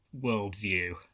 worldview